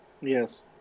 Yes